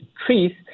increase